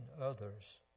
others